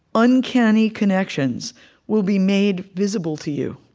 uncanny connections will be made visible to you.